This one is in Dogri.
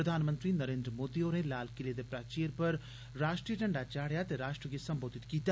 प्रधानमंत्री नरेन्द्र मोदी होरें लाल किले च प्राचीर पर राष्ट्रीय झंडा चाढ़ेआ ते राष्ट्र गी सम्बोधित कीता